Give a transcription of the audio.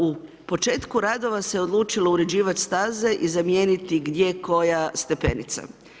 U početku radova se odlučilo uređivati staze i zamijeniti gdje koja stepenica.